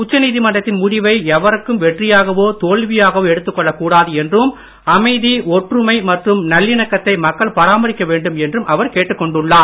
உச்சநீதிதமன்றத்தின் முடிவை எவருக்கும் வெற்றியாகவோ தோல்வியாவோ எடுத்துக் கொள்ள கூடாது என்றும் அமைதி ஒற்றுமை மற்றும் நல்லிணக்கத்தை மக்கள் பராமரிக்க வேண்டும் என்றும் அவர் கேட்டுக்கொண்டுள்ளார்